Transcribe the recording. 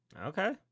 Okay